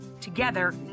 Together